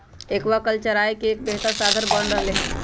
aquaculture आय के एक बेहतर साधन बन रहले है